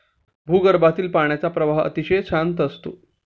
भूगर्भातील पाण्याचा प्रवाह अतिशय शांत असतो